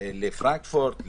לפרנקפורט,